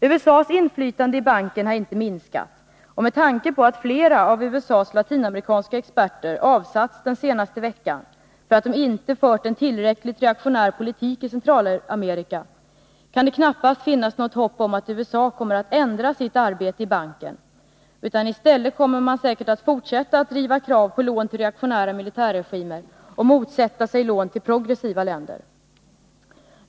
USA:s inflytande i banken har inte minskat, och med tanke på att flera av USA:s latinamerikanska experter avsatts den senaste veckan för att de inte fört en tillräckligt reaktionär politik i Centralamerika, kan det knappast finnas något hopp om att USA kommer att ändra sitt arbete i banken. I stället kommer man att fortsätta att driva krav på lån till reaktionära militärregimer och motsätta sig lån till progressiva länder.